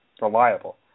reliable